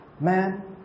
Man